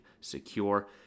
secure